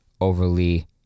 overly